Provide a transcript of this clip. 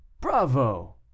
Bravo